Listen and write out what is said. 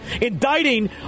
indicting